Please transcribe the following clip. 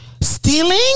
stealing